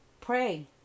pray